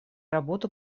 работу